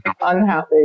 unhappy